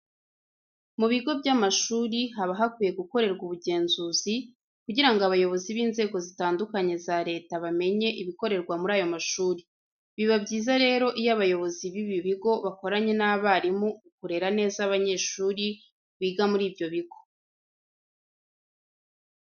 Mu bigo by'amashuri haba hakwiye gukorerwa ubugenzuzi kugirango abayobozi b'inzego zitandukanye za leta bamenye ibikorerwa muri ayo mashuri. Biba byiza rero iyo abayobozi b'ibi bigo bakoranye n'abarimu mu kurera neza abanyeshuri biga muri ibyo bigo.